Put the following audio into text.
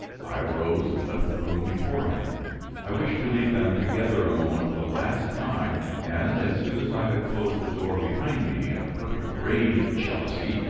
i arose and left the room before him i wished to leave them together a moment for the last time and, as soon as i had closed the door behind me, in a perfect rage of jealousy,